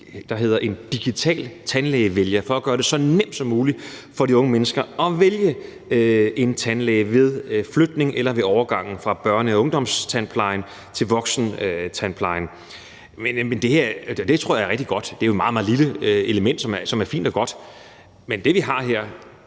der hedder en digital tandlægevælger, for at gøre det så nemt som muligt for de unge mennesker at vælge en tandlæge ved flytning eller ved overgangen fra børne- og ungdomstandplejen til voksentandplejen, og det tror jeg er rigtig godt. Det er jo et meget, meget lille element, som er fint og godt. Men det, vi har her,